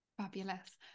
fabulous